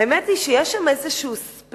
האמת היא שיש שם איזה split,